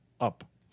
up